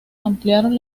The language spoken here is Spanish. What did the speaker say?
ampliaron